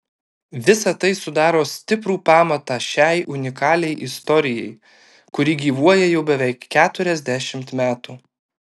visa tai sudaro stiprų pamatą šiai unikaliai istorijai kuri gyvuoja jau beveik keturiasdešimt metų